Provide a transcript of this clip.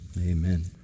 Amen